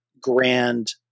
grand